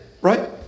right